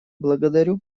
благодарю